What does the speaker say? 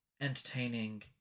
entertaining